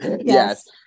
yes